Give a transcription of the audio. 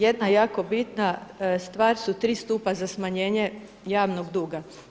Jedna jako bitna stvar su tri stupa za smanjenje javnog duga.